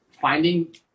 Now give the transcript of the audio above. finding